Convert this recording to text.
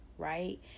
right